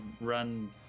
run